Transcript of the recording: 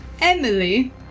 Emily